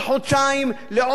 לעוד שלושה חודשים,